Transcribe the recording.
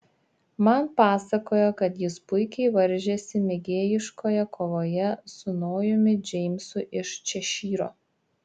man pasakojo kad jis puikiai varžėsi mėgėjiškoje kovoje su nojumi džeimsu iš češyro